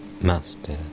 Master